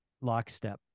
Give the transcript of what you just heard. lockstep